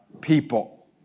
people